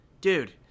Dude